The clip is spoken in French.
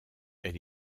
elle